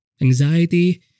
anxiety